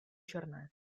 černé